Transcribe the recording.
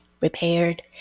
repaired